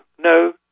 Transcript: no